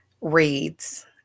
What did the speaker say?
reads